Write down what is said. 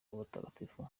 w’abatagatifu